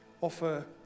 offer